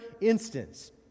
instance